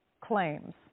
claims